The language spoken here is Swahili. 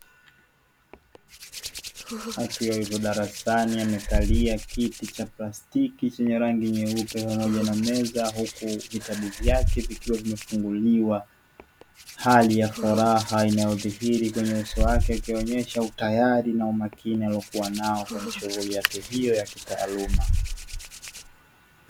Akiwa yupo darasani amekalia kiti cha plastiki chenye rangi nyeupe pamoja na meza huku vitabu vyake vikiwa vimefunguliwa. Hali ya furaha inayodhihiri kwenye uso wake ikionyesha utayari na umakini aliokuwa nao kwenye shughuli yake hiyo ya kitaaluma.